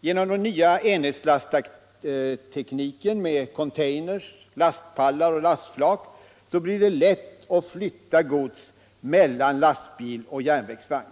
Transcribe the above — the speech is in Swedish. Genom den nya enhetslasttekniken med container, lastpallar och lastflak blir det lätt att flytta gods mellan lastbil och järnvägsvagn.